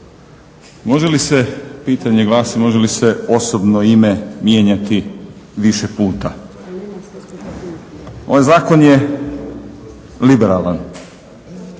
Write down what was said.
kolegice. Pitanje glasi može li se osobno ime mijenjati više puta? Ovaj zakon je liberalan,